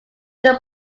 did